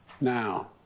now